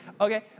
okay